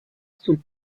sul